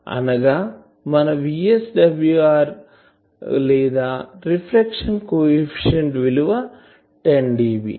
అనగా మన VSWR లేదా రిఫ్లెక్షన్ కోఎఫిషియంట్ విలువ 10dB